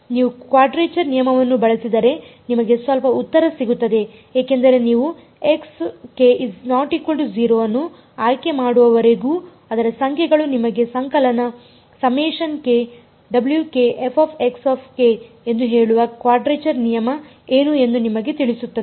ನೀವು ಕ್ವಾಡ್ರೇಚರ್ ನಿಯಮವನ್ನು ಬಳಸಿದರೆ ನಿಮಗೆ ಸ್ವಲ್ಪ ಉತ್ತರ ಸಿಗುತ್ತದೆ ಏಕೆಂದರೆ ನೀವು ಅನ್ನು ಆಯ್ಕೆಮಾಡುವವರೆಗೂ ಅದರ ಸಂಖ್ಯೆಗಳು ನಿಮಗೆ ಸಂಕಲನ ಎಂದು ಹೇಳುವ ಕ್ವಾಡ್ರೇಚರ್ ನಿಯಮ ಏನು ಎಂದು ನಿಮಗೆ ತಿಳಿಸುತ್ತದೆ